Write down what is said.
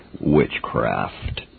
witchcraft